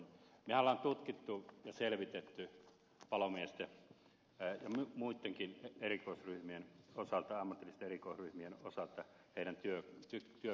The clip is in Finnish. mehän olemme tutkineet ja selvittäneet palomiesten ja muittenkin ammatillisten erikoisryhmien osalta heidän työkykyään